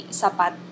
sapat